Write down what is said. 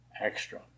extra